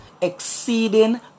Exceeding